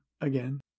again